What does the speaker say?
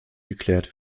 geklärt